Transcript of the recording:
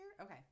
Okay